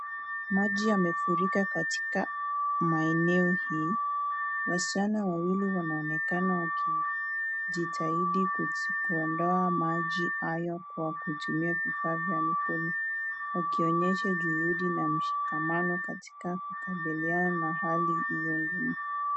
Maji yamefurika katika maeneno hii, wasichana wawili wanaonekana wakijitahidi kuondoa maji hayo kwa kutumia vifaa vya mkono, wakionyesha juhudi na mshikamano katika kukabiliana na hali iliyo ngumu.